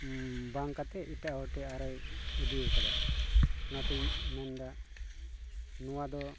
ᱵᱟᱝ ᱮᱴᱟᱜ ᱟᱨᱚ ᱩᱫᱤᱭ ᱠᱟᱫᱟ ᱚᱱᱟᱛᱤᱧ ᱢᱮᱱᱫᱟ ᱱᱚᱣᱟ ᱫᱚ